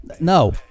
No